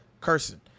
cursing